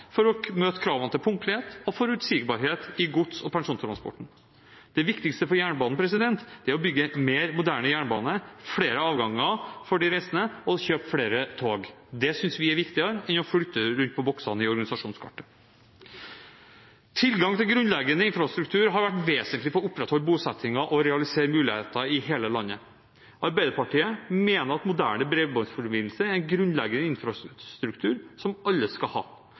jernbanen for å møte kravene til punktlighet og forutsigbarhet i gods- og persontransporten. Det viktigste for jernbanen er å bygge mer moderne jernbane, få flere avganger for de reisende og kjøpe flere tog. Det synes vi er viktigere enn å flytte rundt på boksene i organisasjonskartet. Tilgang til grunnleggende infrastruktur har vært vesentlig for å opprettholde bosettingen og realisere muligheter i hele landet. Arbeiderpartiet mener at moderne bredbåndsforbindelse er en grunnleggende infrastruktur som alle skal ha,